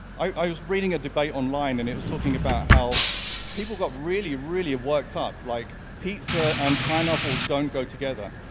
i was reading a debate online and it was talking about how people got really, really worked up. like pizza and pineapple don't go together.